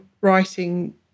writing